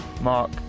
Mark